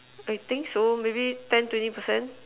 I think so maybe ten twenty percent